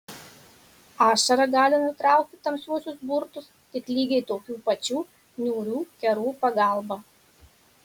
ašara gali nutraukti tamsiuosius burtus tik lygiai tokių pačių niūrių kerų pagalba